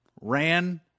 ran